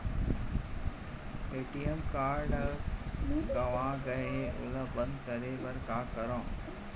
ATM card गंवा गे है ओला बंद कराये बर का करंव?